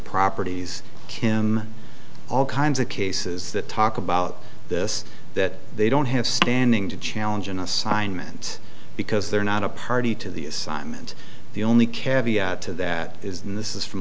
properties kim all kinds of cases that talk about this that they don't have standing to challenge an assignment because they're not a party to the assignment the only care to that is this is from